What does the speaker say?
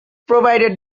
provided